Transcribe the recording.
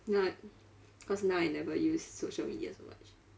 now I cause now I never use social media so much